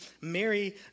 Mary